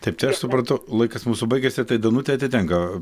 taip tai aš supratau laikas mūsų baigėsi tai danutei atitenka